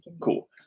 Cool